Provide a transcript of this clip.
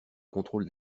contrôle